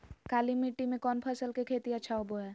काली मिट्टी में कौन फसल के खेती अच्छा होबो है?